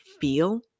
feel